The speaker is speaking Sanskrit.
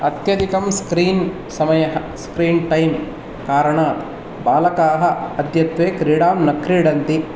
अत्यधिकं स्क्रीन् समयः स्क्रीन् टैम् कारणात् बालकाः अद्यत्वे क्रीडां न क्रीडन्ति